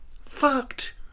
Fucked